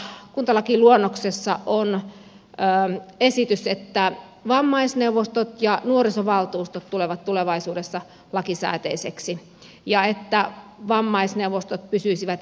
elikkä kuntalakiluonnoksessa on esitys että vanhusneuvostot ja nuorisovaltuustot tulevat tulevaisuudessa lakisääteisiksi ja että vammaisneuvostot pysyisivät edelleen vapaaehtoisina